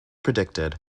predicted